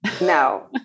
No